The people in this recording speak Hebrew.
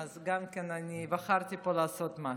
אז גם אני בחרתי פה לעשות משהו.